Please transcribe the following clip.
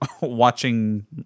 watching